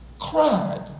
cried